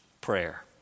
prayer